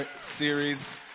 series